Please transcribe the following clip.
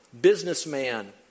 businessman